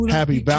Happy